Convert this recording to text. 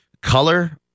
color